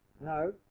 no